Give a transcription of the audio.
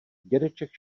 dědeček